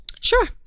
sure